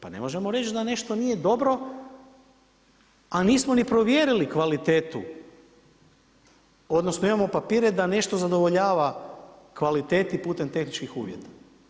Pa ne možemo reći da nešto nije dobro, a nismo ni provjerili kvalitetu, odnosno, imamo papire da nešto zadovoljava kvaliteti putem tehničkih uvjeta.